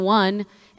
one